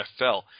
NFL